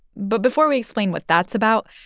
but before we explain what that's about,